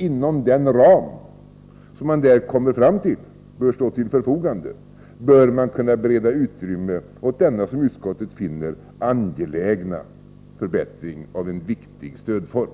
Inom den ram som man där kommer fram till och som bör stå till förfogande bör man kunna bereda utrymme åt denna som utskottet finner angelägna förbättring av en viktig stödform.